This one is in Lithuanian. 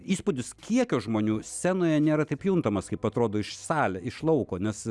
įspūdis kiekio žmonių scenoje nėra taip juntamas kaip atrodo iš salę iš lauko nes